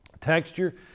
Texture